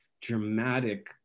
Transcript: dramatic